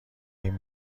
این